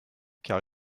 car